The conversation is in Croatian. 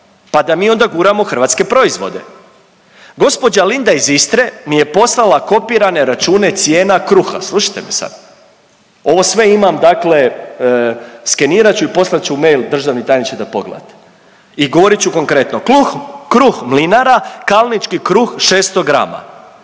pa da mi onda guramo hrvatske proizvode. Gđa. Linda iz Istre mi je poslala kopirane račune cijena kruha, slušajte me sad, ovo sve imam dakle skenirat ću i poslat ću mail državni tajniče da pogledate i govorit ću konkretno. Kruh, kruh Mlinara, kalnički kruh 600 gr.